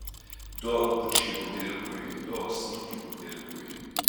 duok bučkį buteliukui duok snukį buteliukui